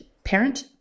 parent